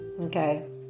okay